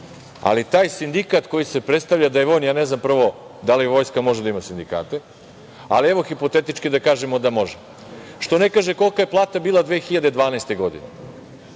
taj sindikat koji se predstavlja da je vojni, ja ne znam prvo da li vojska može da ima sindikate, ali evo hipotetički da kažemo da može, što ne kaže kolika je plata bila 2012. godine?